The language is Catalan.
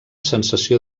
sensació